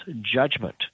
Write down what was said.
judgment